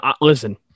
listen